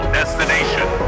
destination